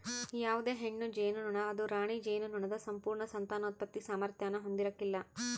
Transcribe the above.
ಯಾವುದೇ ಹೆಣ್ಣು ಜೇನುನೊಣ ಅದು ರಾಣಿ ಜೇನುನೊಣದ ಸಂಪೂರ್ಣ ಸಂತಾನೋತ್ಪತ್ತಿ ಸಾಮಾರ್ಥ್ಯಾನ ಹೊಂದಿರಕಲ್ಲ